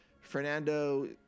Fernando